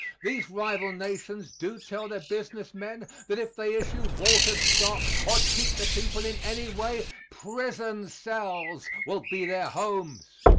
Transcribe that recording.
these rival nations do tell their business men that if they issue watered stock or cheat the people in any way, prison cells will be their homes.